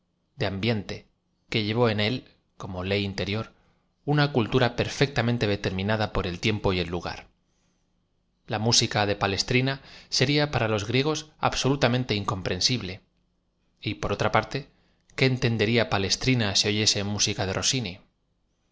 de ambiente que lle vó en si como ley interior una cultura perfectamente determinada por el tiempo y el lugar la múi ica de palestrina sería para los gríe gos absolutamente incomprensible y por otra parte qué entendería palestrina si oyeae música de rossini